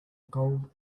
gold